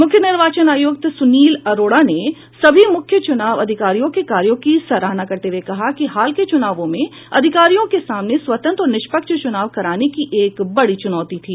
मुख्य निर्वाचन आयुक्त सुनील अरोड़ा ने सभी मुख्य चुनाव अधिकारियों के कार्यों की सराहना करते हुए कहा कि हाल के चुनावों में अधिकारियों के सामने स्वतंत्र और निष्पक्ष चुनाव कराने की एक बड़ी चुनौती थी